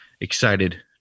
excited